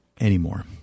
anymore